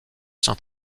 saint